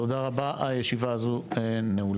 תודה רבה הישיבה הזו נעולה.